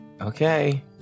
Okay